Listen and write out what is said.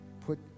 put